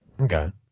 Okay